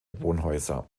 wohnhäuser